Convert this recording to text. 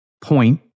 point